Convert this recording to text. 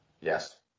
Yes